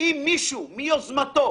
אם מישהו מיוזמתו